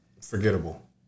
forgettable